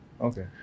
Okay